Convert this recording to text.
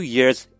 Year's